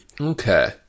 Okay